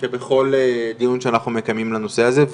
כבכל דיון שאנחנו מקיימים על הנושא הזה,